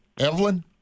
Evelyn